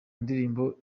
ndirimbo